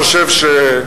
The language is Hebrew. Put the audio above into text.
חושב,